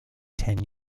ten